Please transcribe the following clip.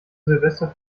silvester